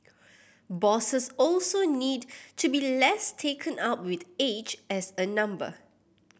bosses also need to be less taken up with age as a number